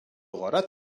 غارت